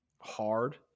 hard